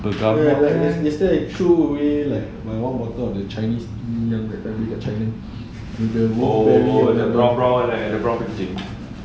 yesterday they throw away the one bottle of the chinese tea yang beli kat china no no it's a bottle